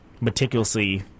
meticulously